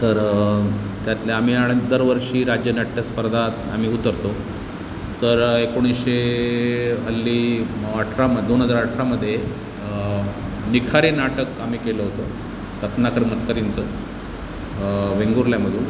तर त्यातल्या आम्ही आणि दरवर्षी राज्य नाट्यस्पर्धात आम्ही उतरतो तर एकोणीसशे हल्ली अठरा मग दोन हजार अठरामध्ये निखारे नाटक आम्ही केलं होतं रत्नाकर मतकरींचं वेंगुर्ल्यामधून